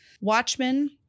Watchmen